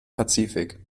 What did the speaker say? pazifik